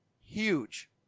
huge